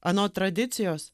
anot tradicijos